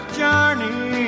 journey